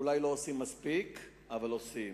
אולי לא עושים מספיק אבל עושים.